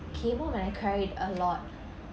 cable when I cried a lot